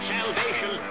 Salvation